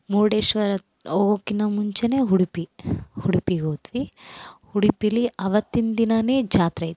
ಮುರ್ಡೇಶ್ವರಕ್ಕೆ ಹೋಗ್ಕಿನ್ನ ಮುಂಚೆ ಉಡ್ಪಿ ಉಡುಪಿಗೊದ್ವಿ ಉಡುಪಿಲಿ ಅವತ್ತಿನ ದಿನ ಜಾತ್ರೆ ಇತ್ತು